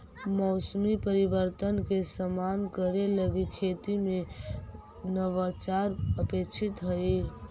मौसमी परिवर्तन के सामना करे लगी खेती में नवाचार अपेक्षित हई